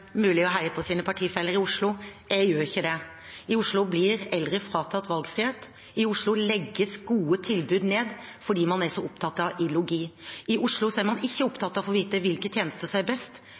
mulig å heie på sine partifeller i Oslo. Jeg gjør ikke det. I Oslo blir eldre fratatt valgfrihet. I Oslo legges gode tilbud ned fordi man er så opptatt av ideologi. I Oslo er man ikke opptatt av å få vite hvilke tjenester som er best,